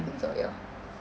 I think so ya